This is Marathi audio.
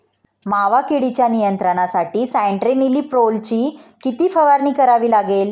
मावा किडीच्या नियंत्रणासाठी स्यान्ट्रेनिलीप्रोलची किती फवारणी करावी लागेल?